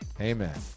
Amen